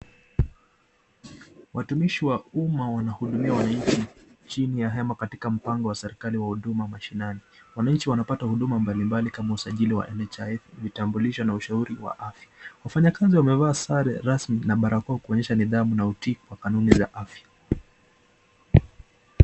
Watumishi wa umma wanawahudumia wananchi chini ya hema katika mpango wa serikali wa Huduma Mashinani. Wananchi wanapata huduma mbalimbali kama usajili wa NHIF, vitambulisho na ushauri wa afya. Wafanyakazi wamevaa sare rasmi na barakoa kuonyesha nidhamu na utiifu kwa kanuni za afya.